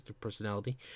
personality